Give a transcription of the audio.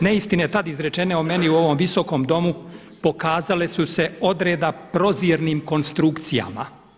Neistine tad izrečene o meni u ovom Visokom domu pokazale su se odreda prozirnim konstrukcijama.